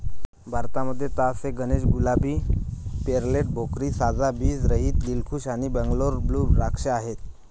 भारतामध्ये तास ए गणेश, गुलाबी, पेर्लेट, भोकरी, साजा, बीज रहित, दिलखुश आणि बंगलोर ब्लू द्राक्ष आहेत